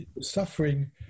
suffering